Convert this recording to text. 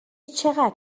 چقدر